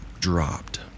dropped